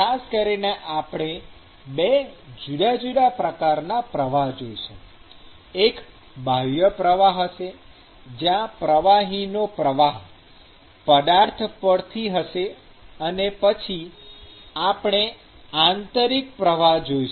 ખાસ કરીને આપણે બે જુદા જુદા પ્રકારનાં પ્રવાહ જોઈશું એક બાહ્ય પ્રવાહ હશે જ્યાં પ્રવાહીનો પ્રવાહ પદાર્થ પરથી હશે અને પછી આપણે આંતરિક પ્રવાહ જોઈશું